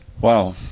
Wow